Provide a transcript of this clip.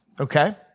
okay